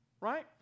Right